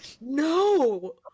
No